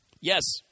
Yes